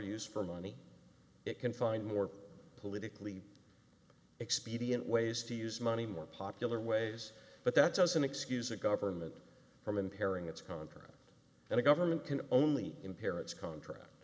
use for money it can find more politically expedient ways to use money more popular ways but that doesn't excuse the government from impairing it's contra and the government can only in parrots contract